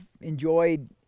enjoyed